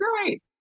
great